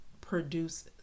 produce